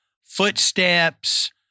footsteps